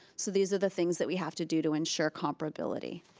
so these are the things that we have to do to ensure comparability